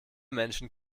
menschen